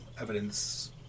evidence